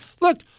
Look